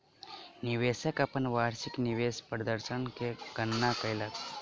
निवेशक अपन वार्षिक निवेश प्रदर्शन के गणना कयलक